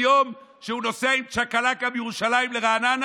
מיום שהוא נוסע עם צ'קלקה מירושלים לרעננה,